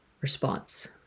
response